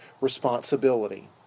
responsibility